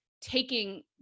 taking